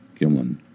Gimlin